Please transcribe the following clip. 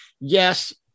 yes